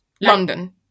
London